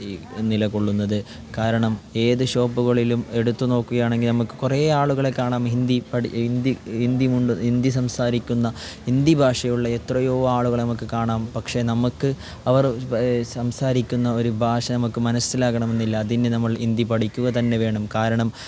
ഈ നിലകൊള്ളുന്നത് കാരണം ഏത് ഷോപ്പുകളിലും എടുത്തു നോക്കുകയാണെങ്കിൽ നമുക്ക് കുറേ ആളുകളെ കാണാം ഹിന്ദി പടി ഹിന്ദി ഉ ഹിന്ദി സംസാരിക്കുന്ന ഹിന്ദി ഭാഷയുള്ള എത്രയോ ആളുകളെ നമുക്ക് കാണാം പക്ഷേ നമുക്ക് അവർ സംസാരിക്കുന്നത് ഒരു ഭാഷ നമുക്ക് മനസ്സിലാകണമെന്നില്ല അതിന് നമ്മൾ ഹിന്ദി പഠിക്കുക തന്നെ വേണം കാരണം